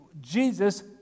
Jesus